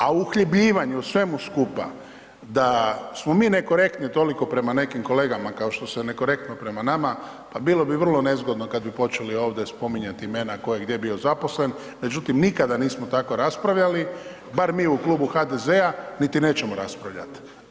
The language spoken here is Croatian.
A uhljebljivanje u svemu skupa da smo mi nekorektni toliko prema nekim kolegama kao što ste nekorektno prema nama, pa bilo bi vrlo nezgodno kad bi počeli ovdje spominjati imena tko je gdje bio zaposlen, međutim nikada nismo tako raspravljali, bar mi u Klubu HDZ-a, niti nećemo raspravljat.